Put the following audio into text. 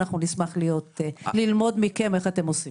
אנחנו נשמח ללמוד מכם איך אתם עושים זאת.